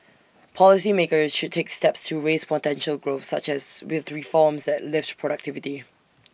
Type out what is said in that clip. policy makers should take steps to raise potential growth such as with reforms that lift productivity